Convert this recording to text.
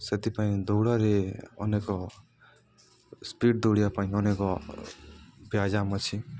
ସେଥିପାଇଁ ଦୌଡ଼ରେ ଅନେକ ସ୍ପିଡ଼୍ ଦୌଡ଼ିବା ପାଇଁ ଅନେକ ବ୍ୟାୟାମ ଅଛି